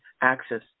access